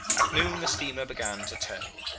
at noon the steamer began to tow.